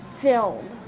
filled